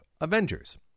Avengers